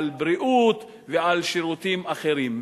על בריאות ועל שירותים אחרים.